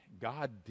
God